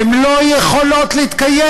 הן לא יכולות להתקיים,